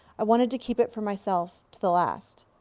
i wanted to keep it for myself to the last.